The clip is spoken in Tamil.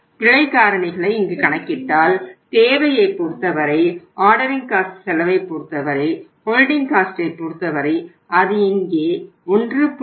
பிழை காரணிகளை இங்கு கணக்கிட்டால் தேவையைப் பொறுத்தவரை ஆர்டரிங் காஸ்ட் பொறுத்தவரை அது இங்கே 1